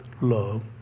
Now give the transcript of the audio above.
love